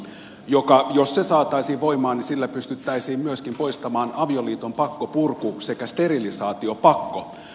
jos se saataisiin voimaan sillä pystyttäisiin myöskin poistamaan avioliiton pakkopurku sekä sterilisaatiopakko